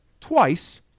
Twice